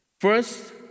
First